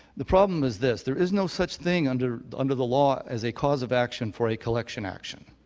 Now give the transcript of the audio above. the problem is this. there is no such thing under under the law as a cause of action for a collection action.